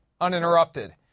uninterrupted